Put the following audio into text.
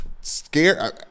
scare